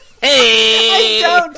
Hey